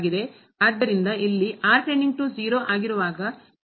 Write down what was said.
ಆದ್ದರಿಂದ ಇಲ್ಲಿ ಆಗಿರುವಾಗ ಈ ಮಿತಿ 0 ಆಗಿರುತ್ತದೆ